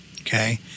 okay